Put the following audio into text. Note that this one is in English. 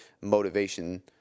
motivation